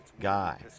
guy